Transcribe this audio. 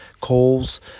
Calls